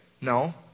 No